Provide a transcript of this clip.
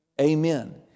Amen